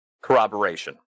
corroboration